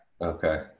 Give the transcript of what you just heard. Okay